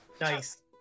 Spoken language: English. Nice